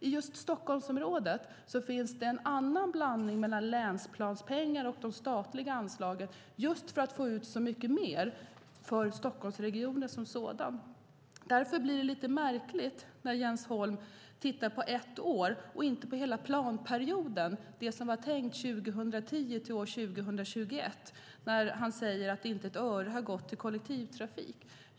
I just Stockholmsområdet finns en annan blandning mellan länsplanspengar och de statliga anslagen, just för att få ut mer för regionen som sådan. Därför blir det lite märkligt när Jens Holm tittar på ett år och inte på hela planperioden 2010-2021 och säger att inte ett enda öre har gått till kollektivtrafik.